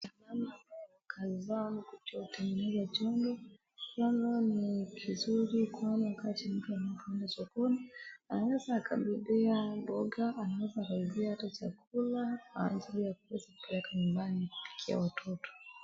Mama amekaa akazama kutayarisha tundu. Tundu ni kizuri kwani wakati akienda nalo sokoni, aweza akambebea mboga anaweza akabebea hata chakula ajilie ya kuweza kupeleka nyumbani kupikia watoto.